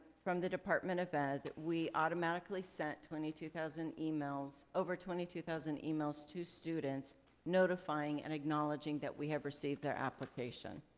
from the department of ed, we automatically sent twenty two thousand emails, over twenty two thousand emails to students notifying and acknowledging that we have received their application